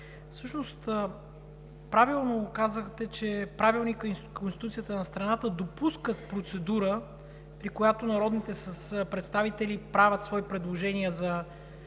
всъщност правилно казахте, че Правилникът и Конституцията на страната допускат процедура, при която народните представители правят предложения за